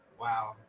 Wow